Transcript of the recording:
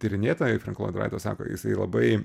tyrinėta i frenk loid raito sako jisai labai